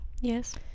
Yes